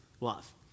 love